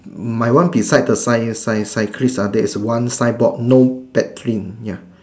my one beside the cy~ cy~ cyclist there is one signboard no paddling